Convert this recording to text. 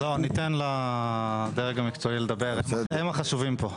לא, ניתן לדרג המקצועי לדבר, הם החשובים פה.